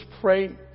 pray